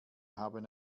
haben